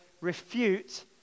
refute